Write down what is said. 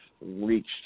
reached